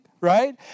right